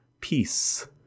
peace